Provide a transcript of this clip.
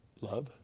Love